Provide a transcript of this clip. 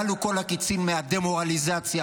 כלו כל הקיצין מהדמורליזציה,